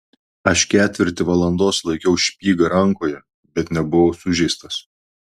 aš ketvirtį valandos laikiau špagą rankoje bet nebuvau sužeistas